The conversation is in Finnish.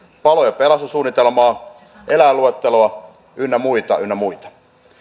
palo ja pelastussuunnitelmaa eläinluetteloa ynnä muita ynnä muita